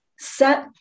set